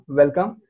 welcome